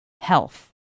health